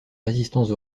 résistance